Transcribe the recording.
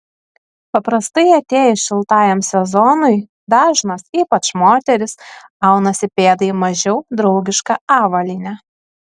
paprastai atėjus šiltajam sezonui dažnas ypač moterys aunasi pėdai mažiau draugišką avalynę